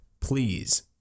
please